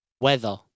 Weather